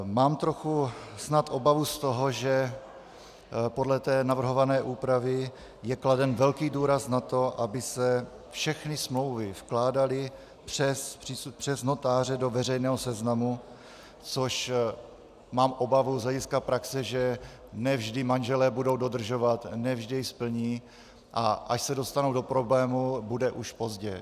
Mám trochu snad obavu z toho, že podle navrhované úpravy je kladen velký důraz na to, aby se všechny smlouvy vkládaly přes notáře do veřejného seznamu, což mám obavu z hlediska praxe, že ne vždy manželé budou dodržovat, ne vždy to splní, a až se dostanou do problémů, bude už pozdě.